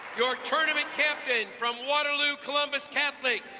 your tournament captain from waterloo columbus catholic,